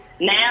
now